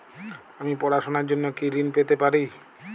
আমি পড়াশুনার জন্য কি ঋন পেতে পারি?